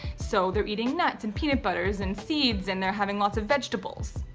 so they're eating nuts and peanut butters and seeds and they're having lots of vegetables.